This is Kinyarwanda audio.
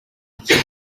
ikinya